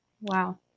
Wow